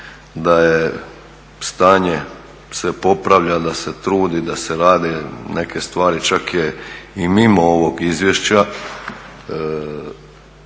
da stanje se popravlja, da se trudi, da se rade neke stvari. Čak je i mimo ovog izvješća